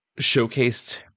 showcased